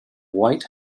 white